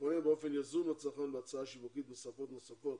הפועל באופן יזום בהצעה שיווקית בשפות נוספות